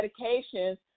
medications